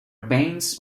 veins